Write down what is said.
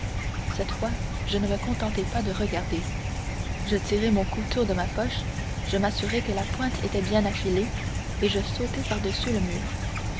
cette fois je ne me contentai pas de regarder je tirai mon couteau de ma poche je m'assurai que la pointe était bien affilée et je sautai par-dessus le mur